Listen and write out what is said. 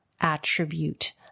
attribute